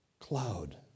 cloud